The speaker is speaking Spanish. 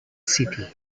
city